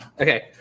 Okay